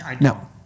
No